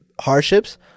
Hardships